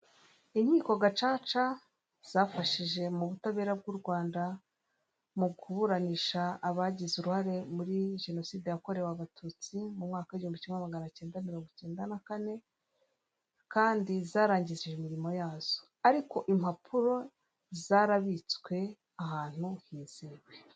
Inkiko gacaca zafashije mu butabera bw'u rwanda mu kuburanisha abagize uruhare muri jenoside yakorewe abatutsi, mu mwaka w' igihumbi cya magana kenda na mirongo ikenda na kane kandi zarangije imirimo yazo, ariko impapuro zarabitswe ahantu hizewe.